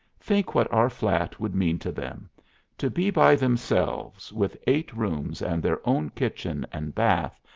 think what our flat would mean to them to be by themselves, with eight rooms and their own kitchen and bath,